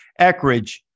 Eckridge